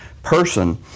Person